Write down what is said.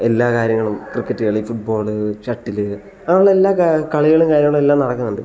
എല്ലാ കാര്യങ്ങളും ക്രിക്കറ്റ് കളി ഫുട് ബോൾ ഷട്ടിൽ അങ്ങനെല്ലാ ക കളികളും കാര്യങ്ങളും എല്ലാം നടക്കുന്നുണ്ട്